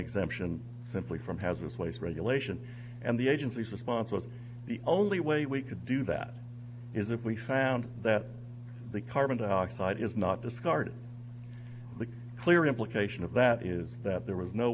exemption simply from has a place regulation and the agencies response was the only way we could do that is if we found that the carbon dioxide is not discarded the clear implication of that is that there was no